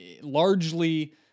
largely